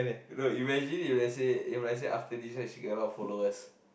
no imagine if let's say if let's say after this she get out follow us